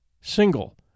single